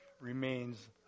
remains